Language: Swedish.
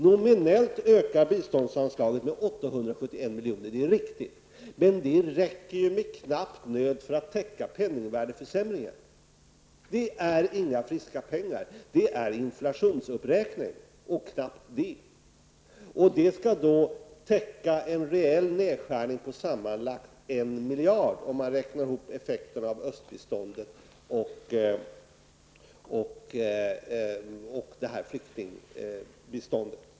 Nominellt ökar biståndsanslaget med 871 milj.kr., det är riktigt. Men det räcker ju med knapp nöd för att täcka penningvärdeförsämringen. Det är inga friska pengar, det är inflationsuppräkning -- och knappt det. Detta skall då täcka en reell nedskärning på sammanlagt 1 miljard kronor, om man räknar ihop effekten av östbiståndet och det här flyktingbiståndet.